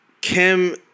Kim